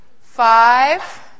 five